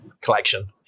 collection